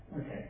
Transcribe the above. okay